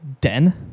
den